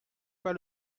pas